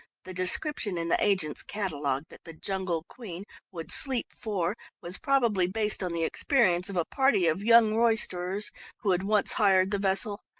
the description in the agent's catalogue that the jungle queen would sleep four was probably based on the experience of a party of young roisterers who had once hired the vessel.